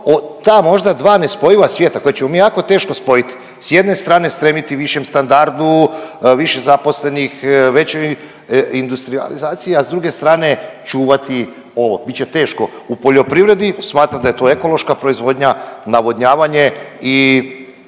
ta možda dva nespojiva svijeta koja ćemo mi jako teško spojit, s jedne strane stremiti višem standardu, više zaposlenih, većoj industrijalizaciji, a s druge strane čuvati ovo, bit će teško. U poljoprivredi smatram da je to ekološka proizvodnja, navodnjavanje i